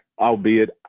albeit